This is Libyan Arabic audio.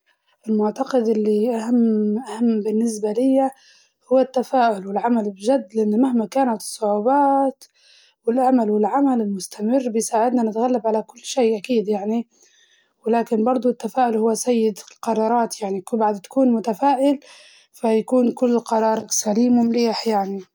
المعتقد اللي أهم أهم بالنسبة ليا هو التفاؤل والعمل بجد، لأنه مهما كانت الصعوبات والأمل والعمل المستمر بيساعدنا نتغلب على كل شي أكيد يعني، ولكن برضه التفاؤل هو سيد القرارات يعني تك- بعد تكون متفائل فيكون كل قرارك سليم ومليح يعني.